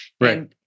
Right